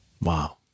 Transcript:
wow